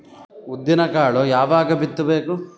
ಉದ್ದಿನಕಾಳು ಯಾವಾಗ ಬಿತ್ತು ಬೇಕು?